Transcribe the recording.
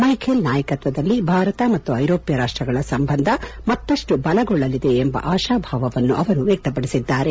Michael ನಾಯಕತ್ವದಲ್ಲಿ ಭಾರತ ಮತ್ತು ಐರೋಪ್ತ ರಾಷ್ಷಗಳ ಸಂಬಂಧ ಮತ್ತಷ್ಟು ಬಲಗೊಳ್ಳಲಿದೆ ಎಂಬ ಆಶಾಭಾವವನ್ನು ಅವರು ವ್ಯಕ್ತಪಡಿಸಿದ್ದಾರೆ